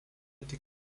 tik